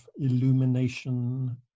illumination